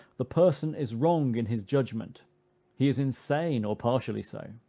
the person is wrong in his judgment he is insane, or partially so.